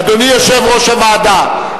אדוני יושב-ראש הוועדה,